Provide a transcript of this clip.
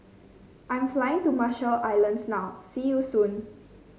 I'm flying to Marshall Islands now see you soon